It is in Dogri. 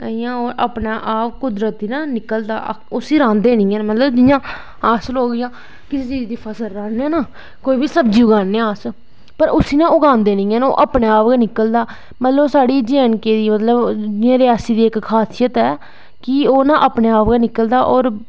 इयां अपनै आप ना कुदती निकलदा उसा रहांदे नी ऐ जियां अस लोग मतलव किसे चीज दी फसल उगाने आं ना कोई बी फसल राह्ने आं अस ते उसी ना उगांदे नी हैन ओह् अपने आप गै निकलदा मतलव साढ़ी जे ऐंड़ के दी मतलव इयां रियासी दी इक खासियत ऐ कि ओह् ना अपने आप गै निकलदा और